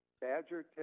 Badger